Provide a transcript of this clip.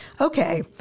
Okay